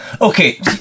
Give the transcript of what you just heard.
Okay